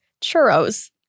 churros